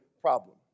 problem